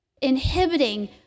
inhibiting